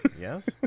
Yes